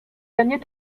dernier